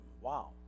wow